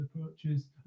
approaches